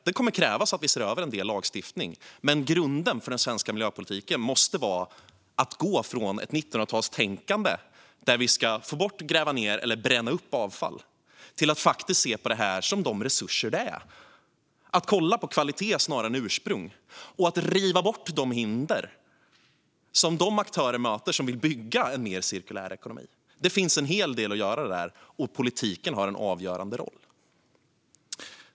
Det kommer att krävas att vi ser över en del lagstiftning, men grunden för den svenska miljöpolitiken måste vara att gå från ett 1900-talstänkande där vi ska få bort, gräva ned eller bränna upp avfall till att faktiskt se på detta som de resurser det innebär - att kolla på kvalitet snarare än ursprung och att riva bort de hinder som de aktörer möter som vill bygga en mer cirkulär ekonomi. Det finns en hel del att göra där, och politiken har en avgörande roll.